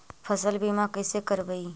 फसल बीमा कैसे करबइ?